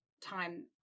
time